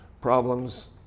problems